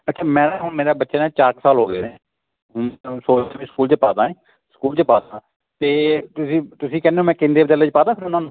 ਅੱਛਾ ਮੈਂ ਨਾ ਹੁਣ ਮੇਰਾ ਬੱਚੇ ਨਾ ਚਾਰ ਕੁ ਸਾਲ ਹੋ ਗਏ ਨੇ ਸਕੂਲ 'ਚ ਪਾਦਾ ਸਕੂਲ 'ਚ ਪਾਤਾ ਅਤੇ ਤੁਸੀਂ ਤੁਸੀਂ ਕਹਿੰਦੇ ਹੋ ਮੈਂ ਕੇਂਦਰੀ ਵਿਦਿਆਲਿਆ 'ਚ ਪਾਦਾ ਉਹਨਾਂ ਨੂੰ